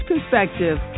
perspective